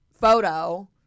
photo